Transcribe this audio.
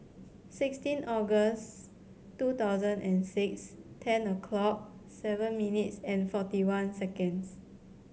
sixteen August two thousand and six ten o'clock seven minutes forty one seconds